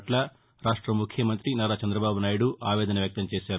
పట్ల ఆంధ్రాపదేశ్ ముఖ్యమంతి నారా చంద్రబాబు నాయుడు ఆవేదన వ్యక్తం చేశారు